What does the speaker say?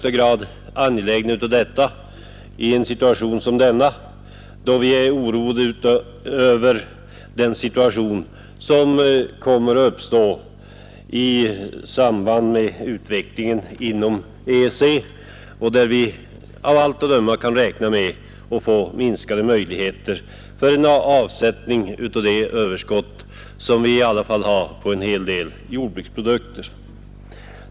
Vi är i alla högsta grad angelägna om detta, då vi är oroliga för den situation som kommer att uppstå i samband med utvecklingen inom EEC; av allt att döma kommer vi att där få minskade möjligheter till avsättning av det överskott vi i alla fall har på en hel del jordbruksprodukter.